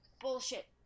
bullshit